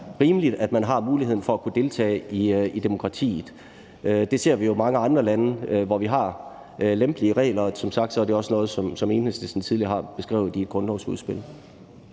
rimeligt, at man har muligheden for at kunne deltage i demokratiet. Det ser vi jo i mange andre lande, hvor man har lempelige regler. Og som sagt er det også noget, som Enhedslisten tidligere har beskrevet i et grundlovsudspil.